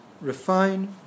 refine